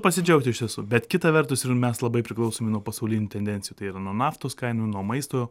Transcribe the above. pasidžiaugti iš tiesų bet kita vertus ir mes labai priklausomi nuo pasaulinių tendencijų tai yra nuo naftos kainų nuo maisto